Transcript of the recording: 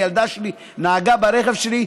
הילדה שלי נהגה ברכב שלי,